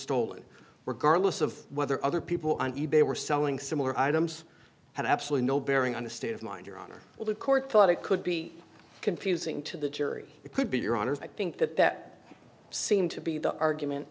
stolen regardless of whether other people on e bay were selling similar items had absolutely no bearing on the state of mind your honor well the court thought it could be confusing to the jury it could be your honour's i think that that seemed to be the argument